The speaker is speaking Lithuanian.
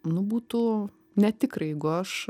nu būtų netikra jeigu aš